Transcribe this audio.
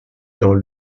dans